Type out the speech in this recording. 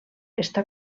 està